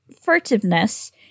furtiveness